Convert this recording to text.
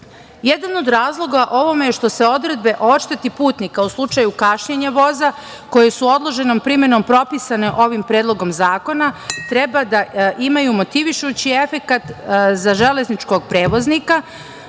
od razloga ovome je što se odredbe o odšteti putnika u slučaju kašnjenja voza, koje su odloženom primenom propisa ovim predlogom zakona, treba da imaju motivišući efekat za železničkog prevoznika,